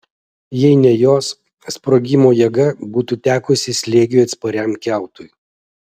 jei ne jos sprogimo jėga būtų tekusi slėgiui atspariam kiautui